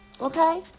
Okay